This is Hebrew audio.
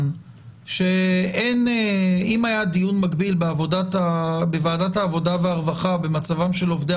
אם היה דיון מקביל בוועדת העבודה והרווחה במצבם של עובדי